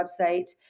website